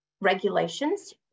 regulations